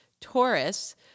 Taurus